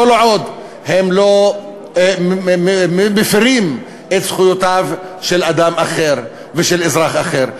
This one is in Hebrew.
כל עוד הם לא מפרים את זכויותיו של אדם אחר ושל אזרח אחר.